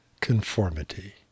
conformity